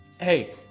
Hey